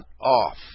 off